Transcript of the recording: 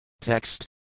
Text